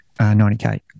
90K